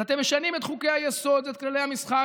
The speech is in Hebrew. אז אתם משנים את חוקי-היסוד, את כללי המשחק.